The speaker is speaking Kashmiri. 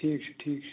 ٹھیٖک چھُ ٹھیٖک چھُ